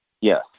Yes